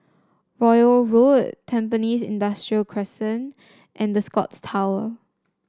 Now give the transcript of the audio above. Royal Road Tampines Industrial Crescent and The Scotts Tower